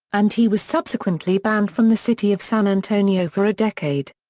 and he was subsequently banned from the city of san antonio for a decade.